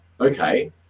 okay